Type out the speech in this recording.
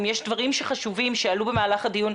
אם יש דברים חשובים שעלו במהלך הדיון,